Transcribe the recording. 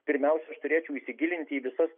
pirmiausia aš turėčiau įsigilinti į visas